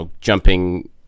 jumping